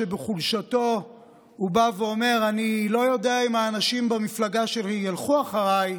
שבחולשתו הוא בא ואומר: אני לא יודע אם האנשים במפלגה שלי ילכו אחריי,